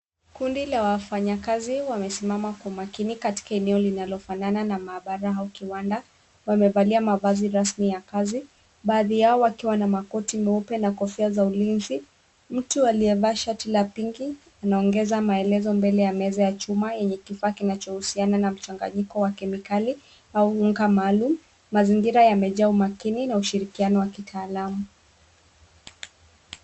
Kundi la wafanyakazi wamesimama kwa makini katika eneo linalofanana na maabara au kiwanda. Wamevalia mavazi rasmi ya kazi, baadhi yao wakiwa na makoti meupe na kofia za ulinzi. Mtu aliyevaa shati la pinki anaongeza maelezo mbele ya meza ya chuma yenye kifaa kinachohusiana na mchanganyiko wa kemikali au unga maalum, mazingira yamejaa umakini na ushirikiano wa kitaalamu.